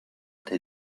der